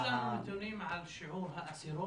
יש לנו נתונים על שיעור האסירות?